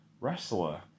wrestler